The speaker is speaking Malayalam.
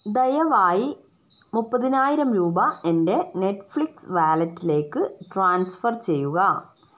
ദയവായി മുപ്പതിനായിരം രൂപ എൻ്റെ നെറ്റ്ഫ്ലിക്സ് വാലറ്റിലേക്ക് ട്രാൻസ്ഫർ ചെയ്യുക